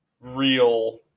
real